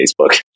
Facebook